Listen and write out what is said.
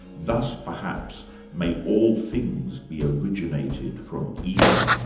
thus perhaps may all things be originated from ether.